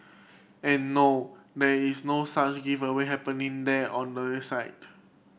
and no there is no such giveaway happening there or no you site